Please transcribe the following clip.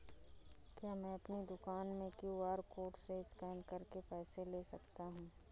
क्या मैं अपनी दुकान में क्यू.आर कोड से स्कैन करके पैसे ले सकता हूँ?